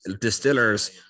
distillers